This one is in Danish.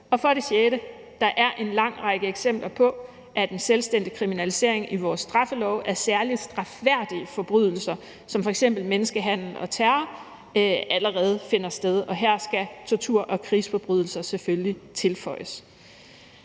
og for det sjette er der en lang række eksempler på, at en selvstændig kriminalisering i vores straffelov af særlig strafværdige forbrydelser som f.eks. menneskehandel og terror, allerede finder sted. Og her skal tortur og krigsforbrydelser selvfølgelig tilføjes.